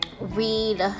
read